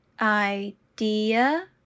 idea